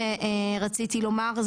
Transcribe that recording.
שרציתי לומר,